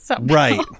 right